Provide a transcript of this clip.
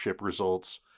results